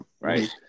right